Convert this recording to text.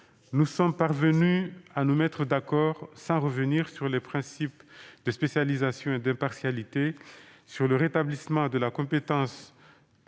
Nous sommes parvenus à nous mettre d'accord, sans revenir sur les principes de spécialisation et d'impartialité, sur le rétablissement de la compétence